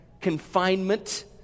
confinement